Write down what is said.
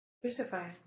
Crucify